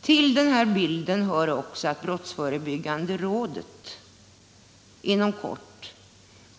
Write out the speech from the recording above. Till bilden hör också att brottsförebyggande rådet inom kort